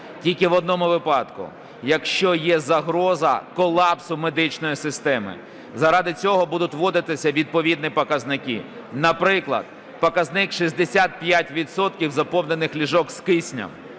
Тільки в одному випадку – якщо є загроза колапсу медичної системи, заради цього будуть вводитися відповідні показники. Наприклад, показник 65 відсотків заповнених ліжок з киснем.